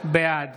בעד